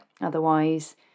Otherwise